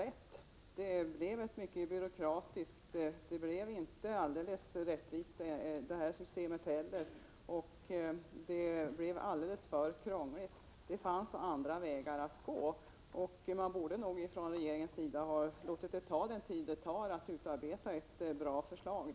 Detta blev ett mycket byråkratiskt och inte alldeles rättvist system, och det blev alldeles för krångligt. Det fanns andra vägar att gå, och regeringen borde nog ha låtit det ta den tid det tar att utarbeta ett bra förslag.